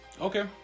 Okay